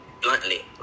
bluntly